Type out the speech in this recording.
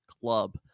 club